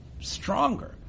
stronger